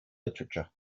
literature